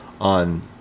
on